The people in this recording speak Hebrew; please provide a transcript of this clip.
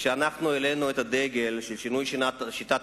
כשאנחנו העלינו את הדגל של שינוי שיטת